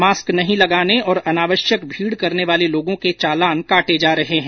mask नहीं लगाने और अनावश्यक भीड़ करने वाले लोगों का चालान काटे जा रहे हैं